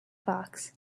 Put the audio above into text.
fox